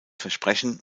versprechen